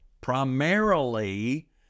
primarily